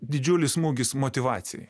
didžiulis smūgis motyvacijai